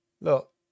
Look